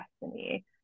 destiny